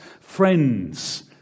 friends